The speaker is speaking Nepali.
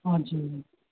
हजुर